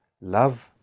love